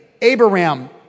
Abraham